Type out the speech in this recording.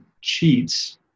cheats